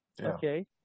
okay